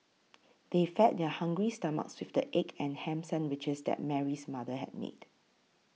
they fed their hungry stomachs with the egg and ham sandwiches that Mary's mother had made